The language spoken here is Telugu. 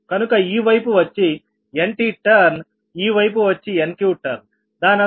కనుక ఈ వైపు వచ్చి Nt టర్న్ ఈ వైపు వచ్చి Nqటర్న్దానర్థం NtIp NqIq